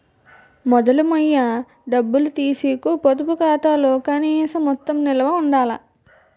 మొదలు మొయ్య డబ్బులు తీసీకు పొదుపు ఖాతాలో కనీస మొత్తం నిలవ ఉండాల